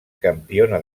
campiona